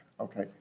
Okay